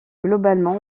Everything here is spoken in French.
globalement